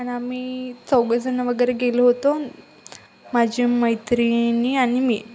आणि आम्ही चौघजण वगैरे गेलो होतो माझी मैत्रिणी आणि मी